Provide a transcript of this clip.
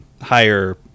higher